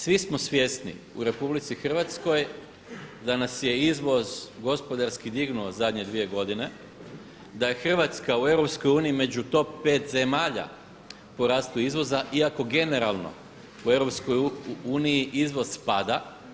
Svi smo svjesni u RH da nas je izvoz gospodarski dignuo zadnje dvije godine, da je Hrvatska u EU među top 5 zemalja po rastu izvoza iako generalno u EU izvoz pada.